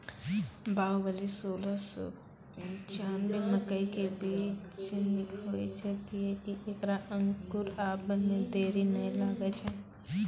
बाहुबली सोलह सौ पिच्छान्यबे मकई के बीज निक होई छै किये की ऐकरा अंकुर आबै मे देरी नैय लागै छै?